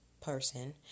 person